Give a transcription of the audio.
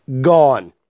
Gone